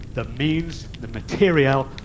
the means, the material,